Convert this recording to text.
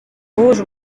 bahuje